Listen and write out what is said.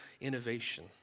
innovation